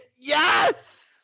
yes